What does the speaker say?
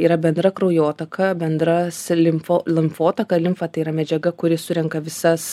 yra bendra kraujotaka bendras limfo lamfotaka limfa tai yra medžiaga kuri surenka visas